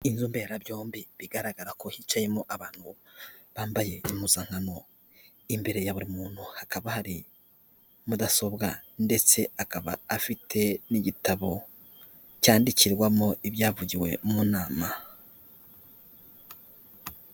Inzu mberabyombi bigaragara ko hicayemo abantu bambaye impuzankano, imbere ya buri muntu hakaba hari mudasobwa ndetse akaba afite n'igitabo cyandikirwamo ibyavugiwe mu nama.